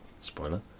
Spoiler